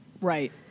Right